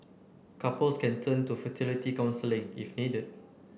couples can turn to fertility counselling if needed